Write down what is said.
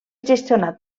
gestionat